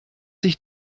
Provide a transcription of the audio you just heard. sich